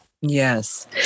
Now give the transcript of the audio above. Yes